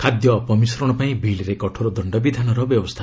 ଖାଦ୍ୟ ଅପମିଶ୍ରଣ ପାଇଁ ବିଲ୍ରେ କଠୋର ଦଶ୍ଚବିଧାନର ବ୍ୟବସ୍ଥା